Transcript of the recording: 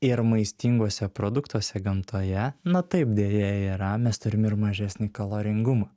ir maistinguose produktuose gamtoje na taip deja yra mes turim ir mažesnį kaloringumą